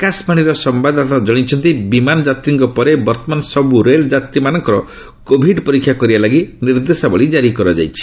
ଆକାଶବାଣୀର ସମ୍ଭାଦଦାତା ଜଣାଇଛନ୍ତି ବିମାନ ଯାତ୍ରୀଙ୍କ ପରେ ବର୍ତ୍ତମାନ ସବୁ ରେଳ ଯାତ୍ରୀମାନଙ୍କର କୋଭିଡ୍ ପରୀକ୍ଷା କରିବା ଲାଗି ନିର୍ଦ୍ଦେଶାବଳୀ ଜାରି କରାଯାଇଛି